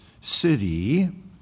city